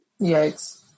Yikes